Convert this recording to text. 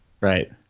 Right